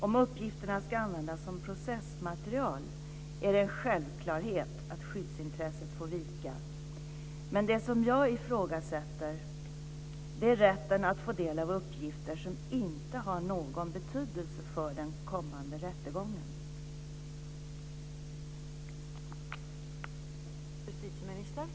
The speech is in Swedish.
Om uppgifterna ska användas som processmaterial är det en självklarhet att skyddsintresset får vika. Men det som jag ifrågasätter är rätten att få del av uppgifter som inte har någon betydelse för den kommande rättegången.